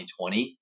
2020